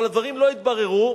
אבל הדברים לא התבררו,